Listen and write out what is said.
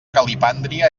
calipàndria